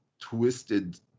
twisted